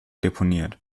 deponiert